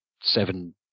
seven